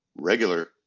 regular